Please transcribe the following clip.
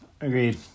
agreed